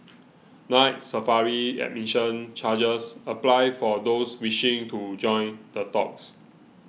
Night Safari admission charges apply for those wishing to join the talks